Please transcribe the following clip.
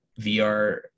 VR